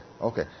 okay